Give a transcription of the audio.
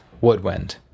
Woodwind